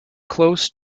close